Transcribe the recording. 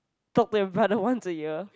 talk to your brother once a year